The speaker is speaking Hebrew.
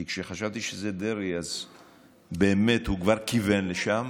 כי כשחשבתי שזה דרעי אז באמת הוא כבר כיוון לשם.